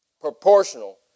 Proportional